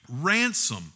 ransom